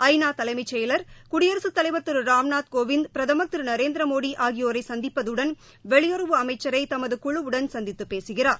ஐ நா தலைமைச்செயலர் குடியரசுத் தலைவர் திரு ராம்நாத் கோவிந்த் பிரதமர் திரு நரேந்திர மோடி ஆகியோரை சந்திப்பதுடன் வெளியுறவு அமைச்சரை தமது குழுவுடன் சந்தித்து பேசுகிறார்